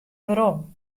werom